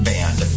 Band